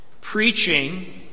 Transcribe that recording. Preaching